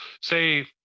say